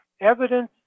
evidence